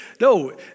No